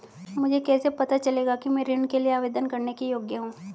मुझे कैसे पता चलेगा कि मैं ऋण के लिए आवेदन करने के योग्य हूँ?